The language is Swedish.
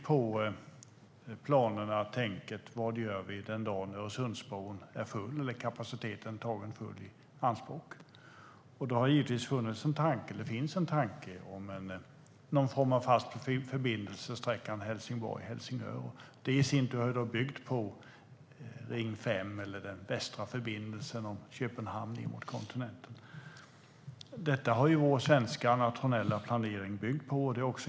Planerna för vad vi ska göra den dagen Öresundsbrons fulla kapacitet har tagits i anspråk har också byggt på just det. Det finns en tanke om någon form av fast förbindelse mellan Helsingborg och Helsingör. Den har i sin tur byggt på Ring 5, den västra förbindelsen förbi Köpenhamn ned mot kontinenten. Detta har vår svenska nationella planering byggt på.